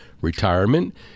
retirement